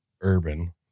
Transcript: urban